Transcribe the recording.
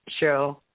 Cheryl